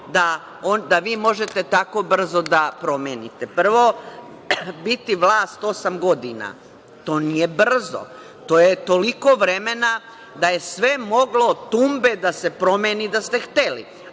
da vi možete tako brzo da promenite. Prvo, biti vlast osam godina to nije brzo. To je toliko vremena da je sve moglo tumbe da se promeni da ste hteli,